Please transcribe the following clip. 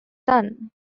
son